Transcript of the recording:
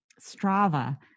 Strava